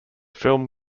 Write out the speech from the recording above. film